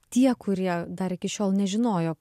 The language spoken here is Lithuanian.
tie kurie dar iki šiol nežinojo